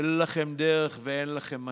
אין לכם דרך ואין לכם מצפן.